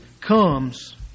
comes